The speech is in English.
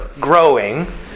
growing